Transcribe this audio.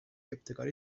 ابتکار